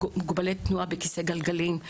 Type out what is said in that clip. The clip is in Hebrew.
את מוגבלי התנועה בכיסא הגלגלים,